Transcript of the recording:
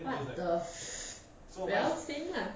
what the fu~ well same lah